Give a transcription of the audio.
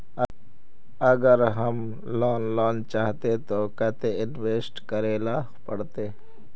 अगर हम लोन लेना चाहते तो केते इंवेस्ट करेला पड़ते?